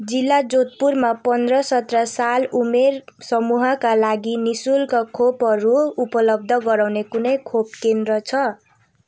जिल्ला जोधपुरमा पन्ध्र सत्र साल उमेर समूहका लागि नि शुल्क खोपहरू उपलब्ध गराउने कुनै खोप केन्द्र छ